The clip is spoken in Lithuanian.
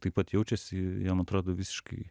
taip pat jaučiasi jam atrodo visiškai